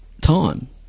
time